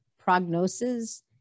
prognosis